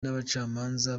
n’abacamanza